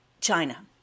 China